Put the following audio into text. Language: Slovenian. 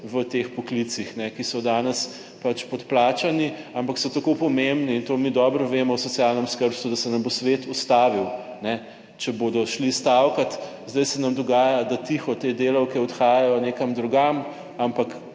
v teh poklicih, ki so danes pač podplačani, ampak so tako pomembni, in to mi dobro vemo, o socialnem skrbstvu, da se nam bo svet ustavil, kajne, če bodo šli stavkat. Zdaj se nam dogaja, da tiho te delavke odhajajo nekam drugam, ampak